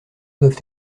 doivent